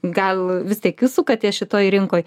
gal vis tiek jūsų katė šitoj rinkoj